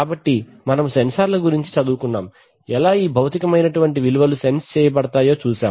కాబట్టి మనము సెన్సార్ల గురించి చదువుకున్నాం ఎలా ఈ భౌతిక మైనటువంటి విలువలు సెన్స్ చేయబడతాయో చూశాం